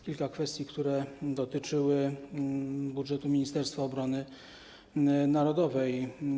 Kilka kwestii, które dotyczyły budżetu Ministerstwa Obrony Narodowej.